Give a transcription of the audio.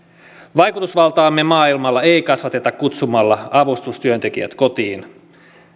vaikutusvaltaamme maailmalla ei kasvateta kutsumalla avustustyöntekijät kotiin